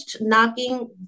knocking